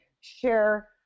share